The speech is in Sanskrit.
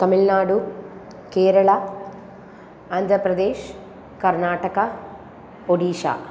तमिळ्नाडुः केरलः आन्द्रप्रदेशः कर्नाटकः ओडीशा